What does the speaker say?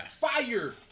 Fire